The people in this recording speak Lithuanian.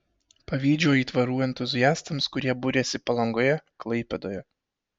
pavydžiu aitvarų entuziastams kurie buriasi palangoje klaipėdoje